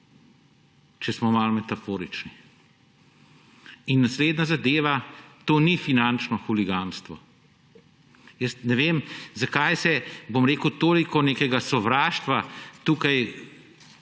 če smo malo metaforični. In naslednja zadeva, to ni finančno huliganstvo. Jaz ne vem, zakaj se, bom rekel, toliko nekega sovraštva tukaj